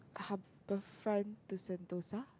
Harbourfront to Sentosa